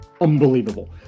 unbelievable